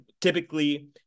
typically